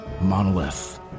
monolith